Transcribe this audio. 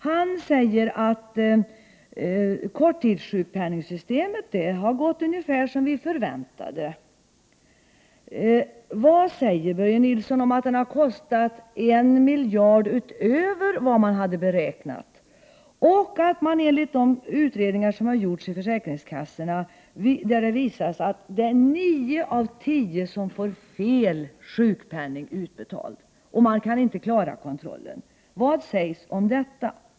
Han säger att korttidssjukpenningsystemet har fått ungefär förväntat resultat. Vad säger Börje Nilsson om att det har kostat en miljard utöver vad man hade beräknat? Enligt de utredningar som har gjorts av försäkringskassorna visar det sig att nio av tio får fel sjukpenning utbetald. Man kan inte klara kontrollen. Vad sägs om detta?